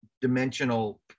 dimensional